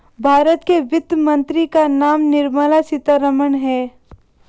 भारत के वित्त मंत्री का नाम निर्मला सीतारमन है